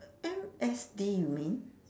M_S_G you mean